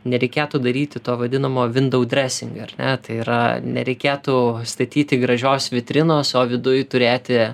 nereikėtų daryti to vadinamo vindau dresing ar ne tai yra nereikėtų statyti gražios vitrinos o viduj turėti